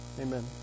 Amen